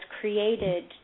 created